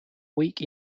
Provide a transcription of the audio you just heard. weak